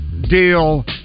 deal